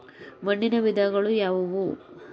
ಮಣ್ಣಿನ ವಿಧಗಳು ಯಾವುವು?